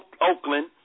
Oakland